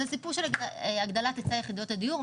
זה הסיפור של הגדלת היצע יחידות הדיור,